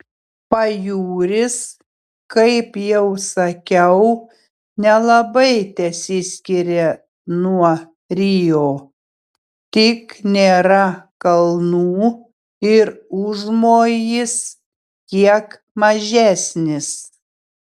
pajūris kaip jau sakiau nelabai tesiskiria nuo rio tik nėra kalnų ir užmojis kiek mažesnis